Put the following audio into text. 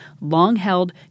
long-held